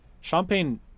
champagne